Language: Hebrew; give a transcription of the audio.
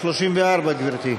34. גברתי?